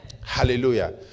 hallelujah